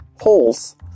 Holes